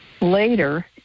Later